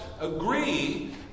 agree